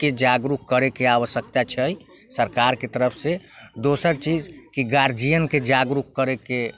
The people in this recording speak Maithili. के जागरूक करैके आवश्यकता छै सरकारके तरफसँ दोसर चीज कि गार्जियनके जागरूक करैके